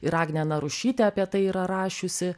ir agnė narušytė apie tai yra rašiusi